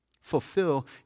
Fulfill